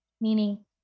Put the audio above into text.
meaning